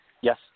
Yes